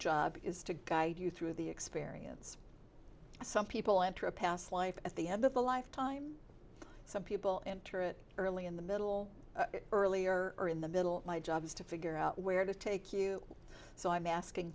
job is to guide you through the experience some people enter a past life at the end of a lifetime some people enter it early in the middle earlier or in the middle my job is to figure out where to take you so i'm asking